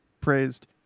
praised